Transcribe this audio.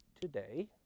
today